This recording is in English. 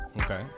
okay